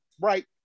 right